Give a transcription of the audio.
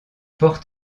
portes